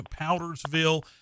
powdersville